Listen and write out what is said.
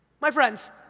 my friends,